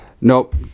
Nope